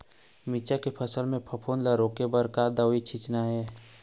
मिरचा के फसल म फफूंद ला रोके बर का दवा सींचना ये?